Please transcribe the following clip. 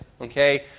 Okay